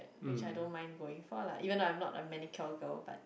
which I don't mind going for lah even though I'm not a manicure girl but